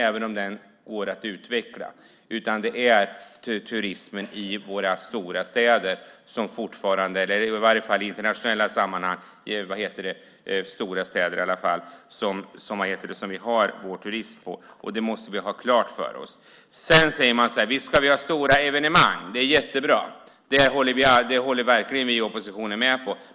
Även den går det att utveckla, men det är i våra stora städer som vi i varje fall i internationella sammanhang har vår turism. Det måste vi ha klart för oss. Man säger: Visst ska vi ha stora evenemang. Det är jättebra. Också vi i oppositionen håller verkligen med om det.